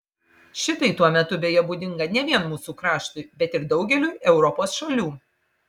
šitai tuo metu beje būdinga ne vien mūsų kraštui bet ir daugeliui europos šalių